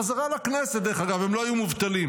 בחזרה לכנסת, דרך אגב, הם לא יהיו מובטלים,